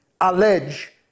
allege